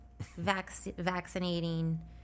vaccinating